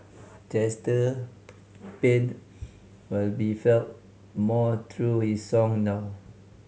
Chester pain will be felt more through his song now